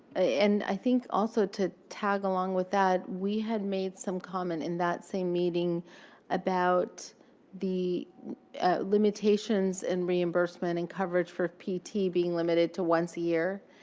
and i think, also, to tag along with that, we had made some comment in that same meeting about the limitations in reimbursement and coverage for pt being limited to once a year.